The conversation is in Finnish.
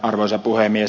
arvoisa puhemies